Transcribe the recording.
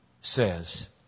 says